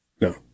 No